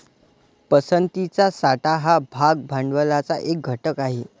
पसंतीचा साठा हा भाग भांडवलाचा एक घटक आहे